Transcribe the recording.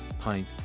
pint